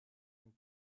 and